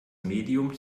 medium